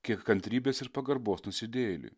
kiek kantrybės ir pagarbos nusidėjėliui